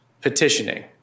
petitioning